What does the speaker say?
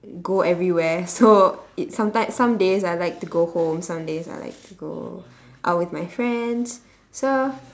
go everywhere so it sometimes some days I like to go home some days I like to go out with my friends so